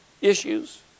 issues